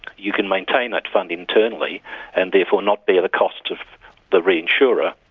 you can maintain that fund internally and therefore not bear the costs of the re-insurer,